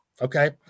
Okay